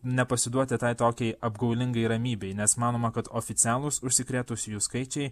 nepasiduoti tai tokiai apgaulingai ramybei nes manoma kad oficialūs užsikrėtusiųjų skaičiai